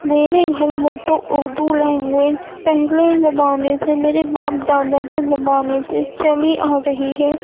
میرے گھر میں تو اردو لینگویج پہلے زمانے سے میرے باپ دادا کے زمانے سے چلی آ رہی ہے